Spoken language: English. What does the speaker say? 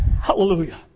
Hallelujah